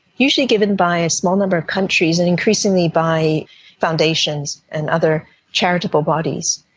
usually given by a small number of countries and increasingly by foundations and other charitable bodies.